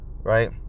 Right